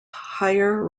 higher